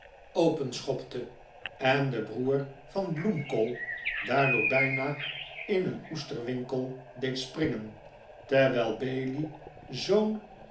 voetendek openschopte en de broer van bloemkool daardoor bijna in een oesterwinkel deed springen terwijl bailey zoo'n